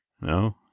No